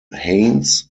haynes